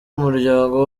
umuryango